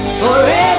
forever